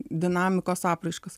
dinamikos apraiškas